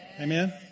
Amen